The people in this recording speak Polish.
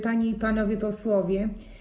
Panie i Panowie Posłowie!